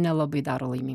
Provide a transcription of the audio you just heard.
nelabai daro laimin